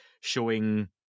showing